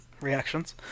reactions